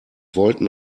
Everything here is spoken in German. wollten